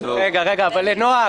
תודה לנועה